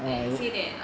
and say that err